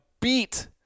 beat